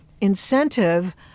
incentive